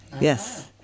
Yes